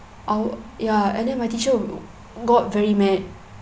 our ya and then my teacher got very mad